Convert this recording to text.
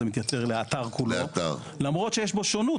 זה לאתר כולו למרות שיש בו שונות,